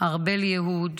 ארבל יהוד,